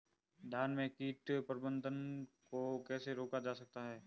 धान में कीट प्रबंधन को कैसे रोका जाता है?